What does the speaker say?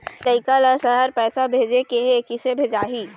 लइका ला शहर पैसा भेजें के हे, किसे भेजाही